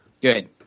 Good